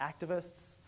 activists